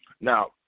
Now